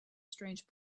strange